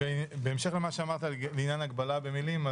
בהמשך למה שאמרת בעניין הגבלה במילים,